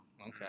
okay